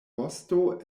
vosto